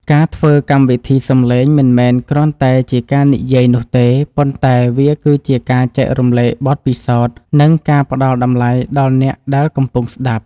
ការធ្វើកម្មវិធីសំឡេងមិនមែនគ្រាន់តែជាការនិយាយនោះទេប៉ុន្តែវាគឺជាការចែករំលែកបទពិសោធន៍ និងការផ្តល់តម្លៃដល់អ្នកដែលកំពុងស្តាប់។